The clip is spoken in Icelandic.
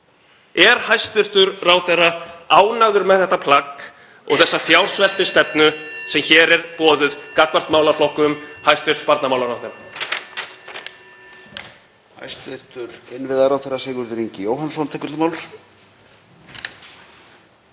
Er hæstv. ráðherra ánægður með þetta plagg og þessa fjársveltisstefnu sem hér er boðuð gagnvart málaflokkum hæstv. barnamálaráðherra?